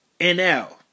NL